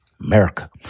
America